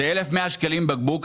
זה 1,100 שקלים לבקבוק.